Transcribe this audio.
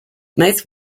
most